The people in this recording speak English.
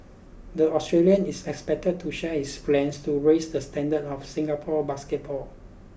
the Australian is expected to share his plans to raise the standards of Singapore basketball